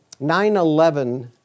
9-11